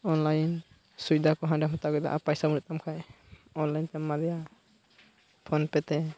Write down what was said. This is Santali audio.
ᱚᱱᱞᱟᱭᱤᱱ ᱥᱚᱭᱫᱟ ᱠᱚ ᱚᱸᱰᱮᱢ ᱦᱟᱛᱟᱣ ᱠᱮᱫᱟ ᱟᱨ ᱯᱚᱭᱥᱟ ᱵᱟᱹᱱᱩᱜ ᱛᱟᱢ ᱠᱷᱟᱱ ᱚᱱᱞᱟᱭᱤᱱ ᱛᱮᱢ ᱮᱢᱟ ᱫᱮᱭᱟ ᱯᱷᱳᱱ ᱯᱮ ᱛᱮ